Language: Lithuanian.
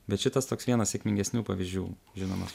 bet šitas toks vienas sėkmingesnių pavyzdžių žinomas